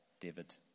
David